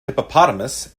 hippopotamus